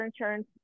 insurance